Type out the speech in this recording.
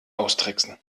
austricksen